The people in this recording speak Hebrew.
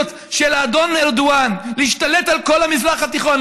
של האדון ארדואן להשתלט על כל המזרח התיכון,